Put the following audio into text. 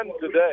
today